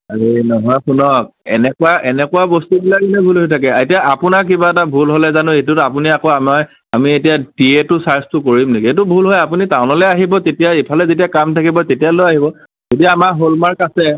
আৰে নহয় শুনক এনেকুৱা এনেকুৱা বস্তুবিলাকতে ভুল হৈ থাকে এতিয়া আপোনাৰ কিবা এটা ভুল হ'লে জানো এইটোত আপুনি আকৌ আমাৰ আমি এতিয়া পিয়েটো চাৰ্জটো কৰিম নেকি এইটো ভুল হয় আপুনি টাউনলে আহিব তেতিয়া এইফালে যেতিয়া কাম থাকিব তেতিয়া লৈ আহিব যদি আমাৰ হ'লমাৰ্ক আছে